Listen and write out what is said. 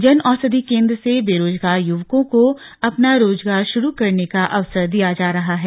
जन औषधि केंद्र से बेरोजगार युवकों को अपना रोजगार शुरू करने का अवसर दिया जा रहा है